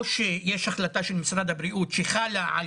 או שיש החלטה של משרד הבריאות שחלה על